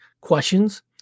questions